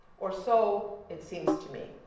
or so it seems to me.